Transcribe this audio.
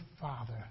Father